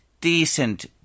decent